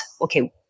okay